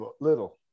little